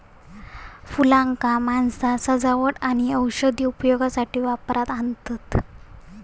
फुलांका माणसा सजावट आणि औषधी उपयोगासाठी वापरात आणतत